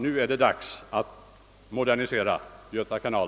: »Nu är det dags att modernisera Göta kanal.»